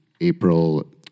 April